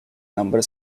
number